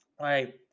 right